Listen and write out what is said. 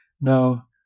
now